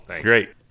Great